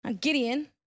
Gideon